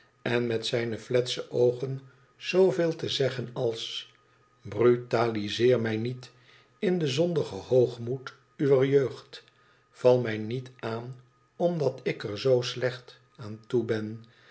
en met zijne fletse oogen zooveel te zeggen als sbrutalizeer mij niet in den zondigen hoogmoed uwer jeugd val mij niet aan omdat ik er zoo slecht aan toe ben